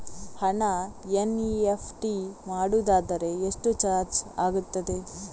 ಹಣ ಎನ್.ಇ.ಎಫ್.ಟಿ ಮಾಡುವುದಾದರೆ ಎಷ್ಟು ಚಾರ್ಜ್ ಆಗುತ್ತದೆ?